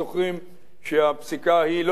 שהפסיקה ההיא לא התקבלה פה-אחד.